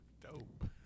Dope